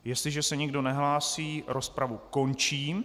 Jestliže se nikdo nehlásí, rozpravu končím.